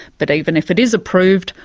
but even if it is approved,